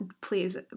please